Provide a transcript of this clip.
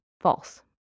false